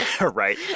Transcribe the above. right